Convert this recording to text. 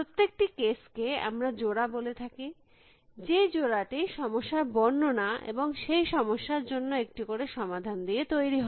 প্রত্যেকটি কেস কে আমরা জোড়া বলে থাকি যে জোড়াটি সমস্যার বর্ণনা এবং সেই সমস্যার জন্য একটি করে সমাধান দিয়ে তৈরী হয়